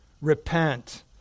Repent